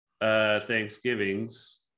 Thanksgivings